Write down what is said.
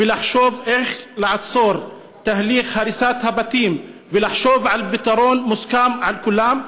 לחשוב איך לעצור את תהליך הריסת הבתים ולחשוב על פתרון מוסכם על כולם,